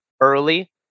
early